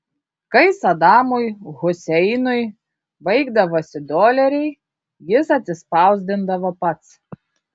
kai sadamui huseinui baigdavosi doleriai jis atsispausdindavo pats